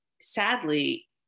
sadly